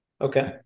okay